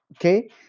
okay